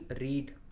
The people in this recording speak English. read